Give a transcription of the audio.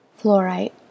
Fluorite